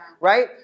right